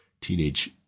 teenage